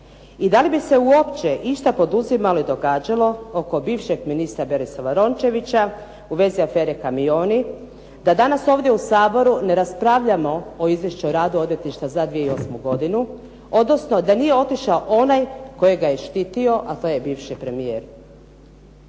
i da li bi se uopće išta poduzimalo i događalo oko bivšeg ministra Berislava Rončevića u vezi afere "kamioni" da danas ovdje u Saboru ne raspravljao o Izvješću o radu odvjetništava za 2008. godinu, odnosno da nije otišao onaj koji ga je štitio a to je bivši premijer.